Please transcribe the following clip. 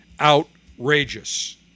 outrageous